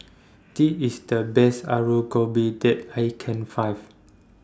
The IS The Best Alu Gobi that I Can Find